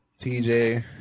TJ